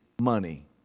money